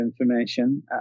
information